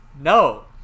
no